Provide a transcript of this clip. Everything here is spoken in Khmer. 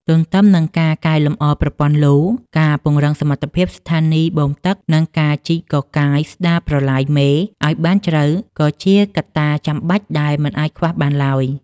ទន្ទឹមនឹងការកែលម្អប្រព័ន្ធលូ ការពង្រឹងសមត្ថភាពស្ថានីយបូមទឹក និងការជីកកកាយស្តារប្រឡាយមេឱ្យបានជ្រៅ ក៏ជាកត្តាចាំបាច់ដែលមិនអាចខ្វះបានឡើយ។